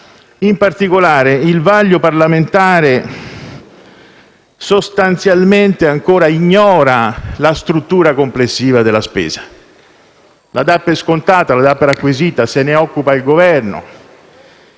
In particolare, il vaglio parlamentare sostanzialmente ancora ignora la struttura complessiva della spesa, la dà per scontata, la dà per acquisita, se ne occupa il Governo.